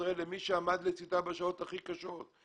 ישראל מי שעמד לצדה בשעות הכי קשות.